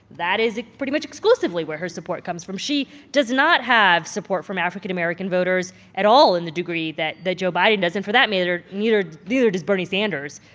that is pretty much exclusively where her support comes from. she does not have support from african american voters at all in the degree that joe biden does, and for that matter, neither neither does bernie sanders,